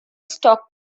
stock